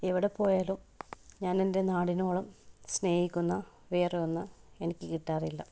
എവിടെ പോയാലും ഞാനെൻ്റെ നാടിനോളം സ്നേഹിക്കുന്ന വേറൊന്ന് എനിക്ക് കിട്ടാറില്ല